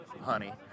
honey